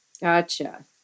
Gotcha